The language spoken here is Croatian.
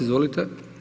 Izvolite.